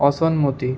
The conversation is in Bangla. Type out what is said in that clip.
অসম্মতি